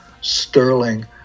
sterling